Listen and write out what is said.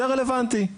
זה רלוונטי,